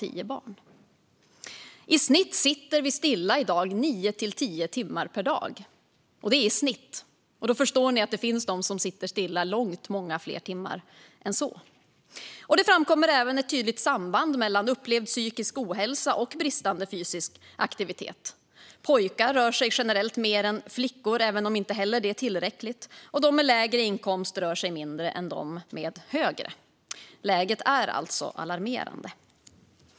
I snitt sitter vi i dag stilla nio till tio timmar per dag. Det är i snitt. Då förstår ni att det finns de som sitter stilla i långt fler timmar än så. Det framkommer även ett tydligt samband mellan upplevd psykisk ohälsa och bristande fysisk aktivitet. Pojkar rör sig generellt mer än flickor, även om inte heller de rör sig tillräckligt, och de med lägre inkomst rör sig mindre än de med högre. Läget är alltså alarmerande.